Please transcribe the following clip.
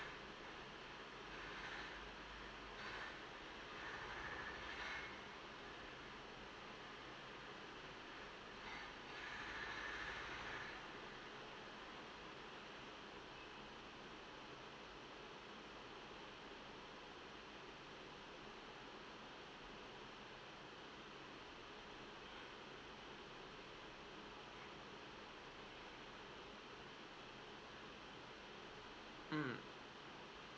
mm